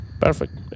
Perfect